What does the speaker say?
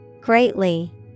Greatly